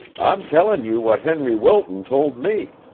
i'm tellin' you what henry wilton told me.